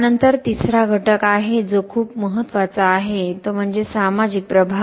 त्यानंतर तिसरा घटक आहे जो खूप महत्त्वाचा आहे तो म्हणजे सामाजिक प्रभाव